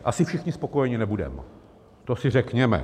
Asi všichni spokojeni nebudeme, to si řekněme.